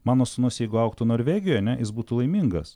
mano sūnus jeigu augtų norvegijoj ane jis būtų laimingas